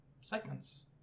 segments